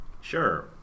Sure